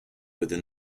within